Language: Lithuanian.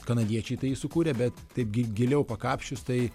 kanadiečiai tai jį sukūrė bet taip giliau pakapsčius tai